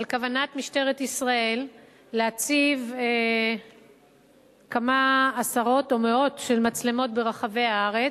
על כוונת משטרת ישראל להציב כמה עשרות או מאות מצלמות ברחבי הארץ,